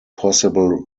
possible